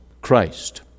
Christ